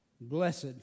Blessed